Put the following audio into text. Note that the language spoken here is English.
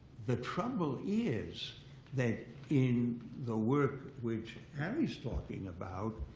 the trouble is that in the work which talking about,